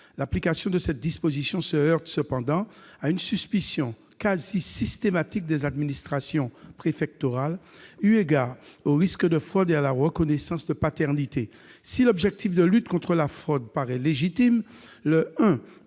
L'application de cette disposition se heurte cependant à une suspicion quasiment systématique des administrations préfectorales, eu égard au risque de fraude à la reconnaissance de paternité. Si l'objectif de lutte contre la fraude paraît légitime, le I